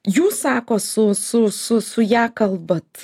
jūs sako su su su su ja kalbat